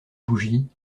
bougie